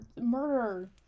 murder